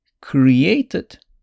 created